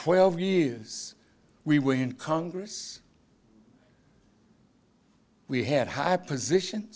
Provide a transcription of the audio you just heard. twelve years we were in congress we had high position